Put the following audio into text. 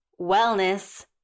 Wellness